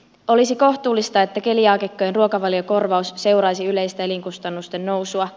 olisi kohtuullista että keliaakikkojen ruokavaliokorvaus seuraisi yleistä elinkustannusten nousua